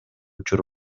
учур